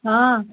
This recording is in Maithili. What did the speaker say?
हँ